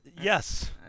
Yes